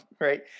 right